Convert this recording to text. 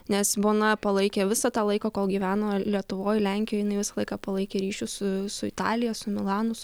nes bona palaikė visą tą laiką kol gyveno lietuvoj lenkijoj jinai visą laiką palaikė ryšius su su italija su milanu su